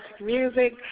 music